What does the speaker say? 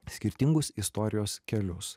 skirtingus istorijos kelius